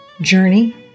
journey